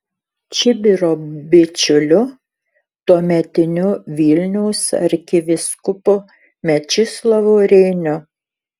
čibiro bičiuliu tuometiniu vilniaus arkivyskupu mečislovu reiniu